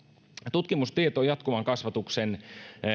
tutkimustieto jatkuvan kasvatuksen